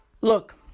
look